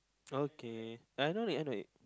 okay I know it I know it